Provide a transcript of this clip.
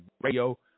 radio